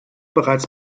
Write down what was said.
bereits